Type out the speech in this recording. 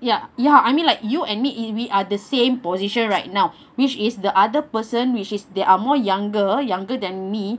ya ya I mean like you admit it we are the same position right now which is the other person which is there are more younger younger than me